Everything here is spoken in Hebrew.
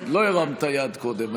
לא הרמת יד קודם,